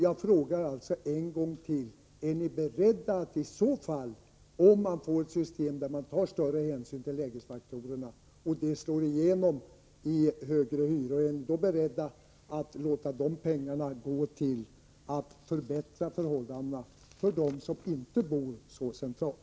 Jag frågar alltså en gång till: Är ni beredda att, för den händelse att man får ett system där lägesfaktorerna starkare slår igenom i form av hyreshöjningar, låta vinsterna härav gå till förbättringar av förhållandena för dem som inte bor så centralt?